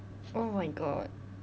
oh my god